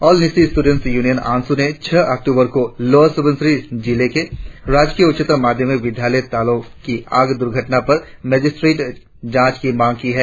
all Nyishi students union AANSU ने छह अक्टूबर को लोअर सुबानसिरी जिले में सरकारी उच्चतर माध्यमिक विद्यालय तालों की आग घटना पर मजिस्ट्रेट जांच की मांग की है